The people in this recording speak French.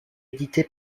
édité